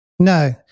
No